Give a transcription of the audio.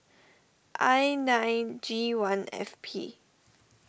I nine G one F P